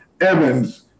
Evans